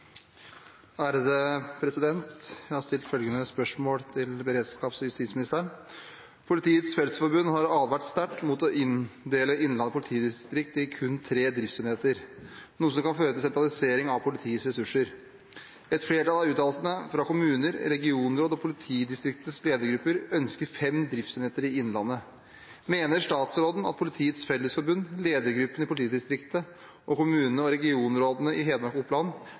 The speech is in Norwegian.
Fellesforbund har advart sterkt mot å inndele Innlandet politidistrikt i kun tre driftsenheter, noe som kan føre til sentralisering av politiets ressurser. Et flertall av uttalelsene fra kommuner, regionråd og politidistriktets ledergrupper ønsker fem driftsenheter i Innlandet. Mener statsråden at Politiets Fellesforbund, ledergruppene i politidistriktet og kommunene og regionrådene i Hedmark og Oppland